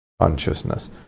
Consciousness